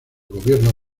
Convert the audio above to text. gobierno